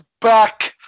back